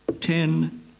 Ten